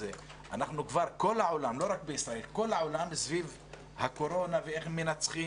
אנחנו כבר בכל העולם סביב הקורונה ואיך מנצחים